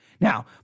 Now